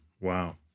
Wow